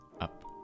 up